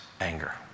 anger